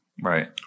Right